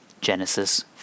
Genesis